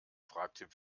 fragte